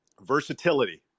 Versatility